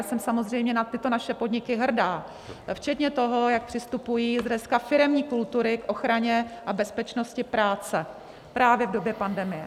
Jsem samozřejmě na tyto naše podniky hrdá, včetně toho, jak přistupují dneska firemní kultury k ochraně a bezpečnosti práce právě v době pandemie.